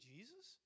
Jesus